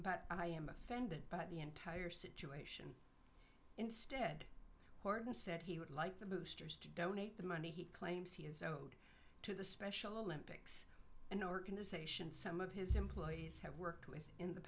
but i am offended by the entire situation instead horton said he would like the boosters to donate the money he claims he is owed to the special olympics an organization some of his employees have worked with in the